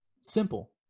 Simple